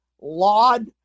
Laud